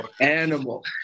Animal